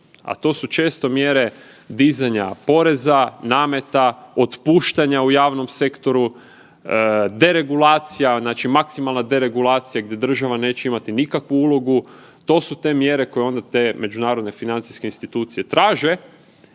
a to su često mjere dizanja poreza, nameta, otpuštanja u javnom sektoru, deregulacija, znači maksimalna deregulacija gdje država neće imati nikakvu ulogu. To su te mjere koje onda te međunarodne financijske institucije traže